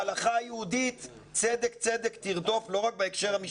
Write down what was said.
בהלכה היהודית 'צדק צדק תרדוף' לא רק בהקשר המשפטי,